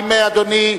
האם אדוני,